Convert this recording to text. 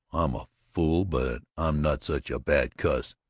i'm a fool, but i'm not such a bad cuss,